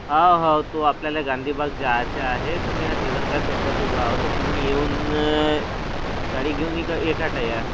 हाव हाव तो आपल्याला गांधी भाग जायचं आहे तर मी या तिरंगा चौकात उभा हाव तर तुम्ही येऊन गाडी घेऊन इक इखाट या